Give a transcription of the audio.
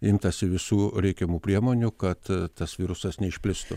imtasi visų reikiamų priemonių kad tas virusas neišplistų